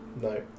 No